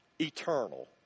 eternal